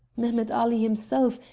mehemet ali himself,